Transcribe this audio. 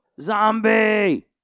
Zombie